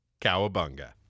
Cowabunga